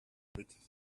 plitt